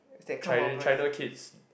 chi~ China kids